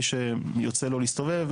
מי שיוצא לו להסתובב,